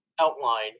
outline